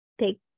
take